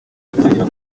batangira